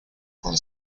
con